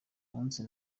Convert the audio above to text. munsi